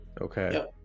Okay